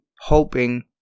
hoping